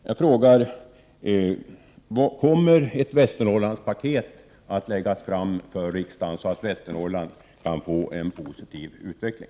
Jag frågar: Kommer ett Västernorrlandspaket att läggas fram för riksdagen, så att Västernorrland kan få en positiv utveckling?